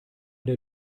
der